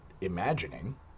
imagining